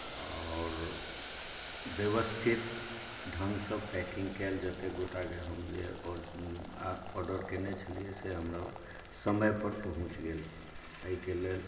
आओर व्यवस्थित ढङ्गसँ पैकिंग कएल जतेक गोटाएकेँ हम जे आर्डर कयने छलियै से हमरा ओ समयपर पहुँच गेल एहिके लेल